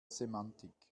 semantik